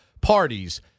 parties